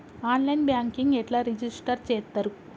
On line banking ఎట్లా register చేత్తరు?